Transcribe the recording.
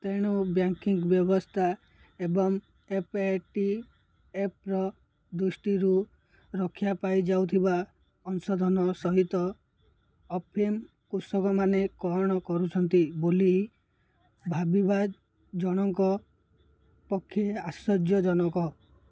ତେଣୁ ବ୍ୟାଙ୍କିଙ୍ଗ୍ ବ୍ୟବସ୍ଥା ଏବଂ ଏଫ୍ଏଟିଏଫ୍ର ଦୃଷ୍ଟିରୁ ରକ୍ଷା ପାଇଯାଉଥିବା ଅଂଶଧନ ସହିତ ଅଫିମ କୃଷକମାନେ କ'ଣ କରୁଛନ୍ତି ବୋଲି ଭାବିବା ଜଣଙ୍କ ପକ୍ଷେ ଆଶ୍ଚର୍ଯ୍ୟଜନକ